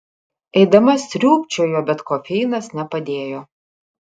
eidama sriūbčiojo bet kofeinas nepadėjo